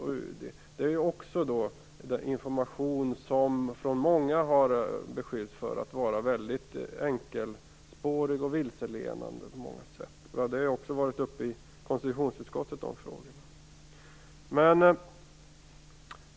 Riksrevisionsverket och UD har av många beskyllts för att ha varit väldigt enkelspårig och på många sätt vilseledande. Detta har också varit uppe i konstitutionsutskottet.